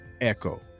echo